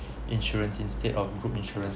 insurance instead of group insurance